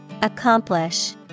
Accomplish